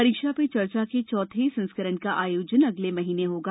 परीक्षा पे चर्चा के चौथे संस्करण का आयोजन अगले महीने होगा